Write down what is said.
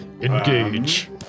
Engage